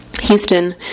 Houston